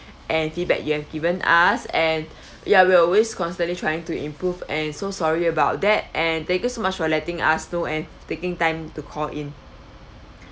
and feedback you have given us and ya we'll always constantly trying to improve and so sorry about that and thank you so much for letting us know and taking time to call in